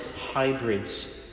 hybrids